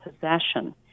possession